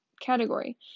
category